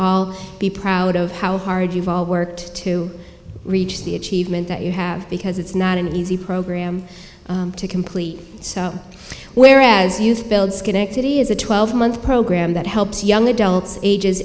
all be proud of how hard you worked to reach the achievement that you have because it's not an easy program to complete sell whereas youth build schenectady is a twelve month program that helps young adults ages